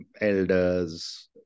elders